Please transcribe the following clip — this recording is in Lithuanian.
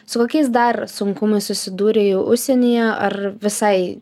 su kokiais dar sunkumais susidūrei užsienyje ar visai